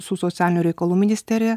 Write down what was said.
su socialinių reikalų ministerija